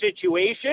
situation